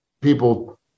people